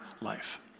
life